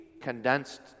condensed